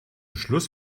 schluss